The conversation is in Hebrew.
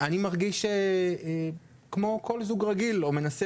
אני מרגיש שאנחנו כמו כל זוג רגיל או לפחות מנסה